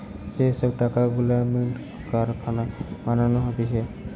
যে সব টাকা গুলা মিন্ট কারখানায় বানানো হতিছে